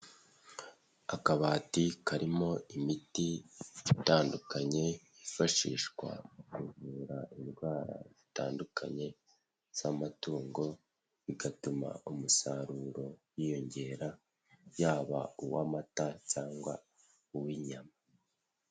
Akabati karimo imiti itandukanye yifashishwa mu kuvura indwara zitandukanye z'amatungo bigatuma umusaruro wiyongera yaba uw'amata cyangwa uw'inyama.